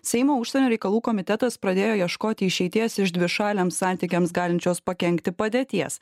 seimo užsienio reikalų komitetas pradėjo ieškoti išeities iš dvišaliams santykiams galinčios pakenkti padėties